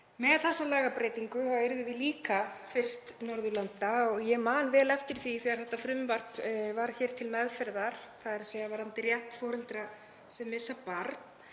Með þessari lagabreytingu yrðum við líka fyrst Norðurlanda. Ég man vel eftir því þegar þetta frumvarp var hér til meðferðar, þ.e. varðandi rétt foreldra sem missa barn.